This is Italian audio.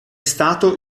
stato